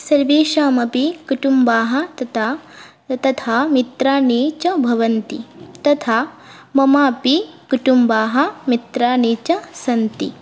सर्वेषामपि कुटुम्बाः तथा मित्राणि च भवन्ति तथा ममपि कुटुम्बाः मित्राणि च सन्ति